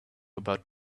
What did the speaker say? about